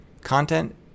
content